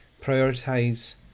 prioritize